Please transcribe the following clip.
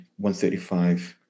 135